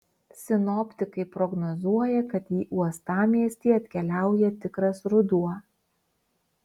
sinoptikai prognozuoja kad į uostamiestį atkeliauja tikras ruduo